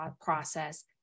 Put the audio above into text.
process